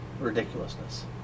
ridiculousness